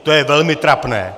To je velmi trapné.